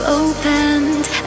opened